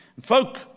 Folk